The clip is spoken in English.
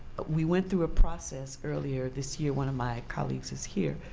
we went through a process earlier this year, one of my colleagues is here,